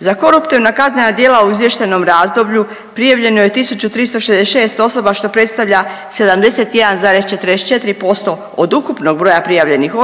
Za koruptivna kaznena djela u izvještajnom razdoblju prijavljeno je 1.366 osoba što predstavlja 71,44% od ukupnog broja prijavljenih